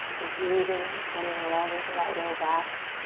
we're breathing. we're sending love into that low back.